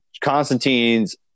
Constantine's